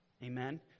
Amen